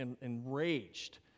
enraged